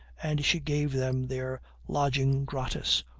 and she gave them their lodging gratis,